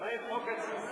מה עם חוק הצנזורה?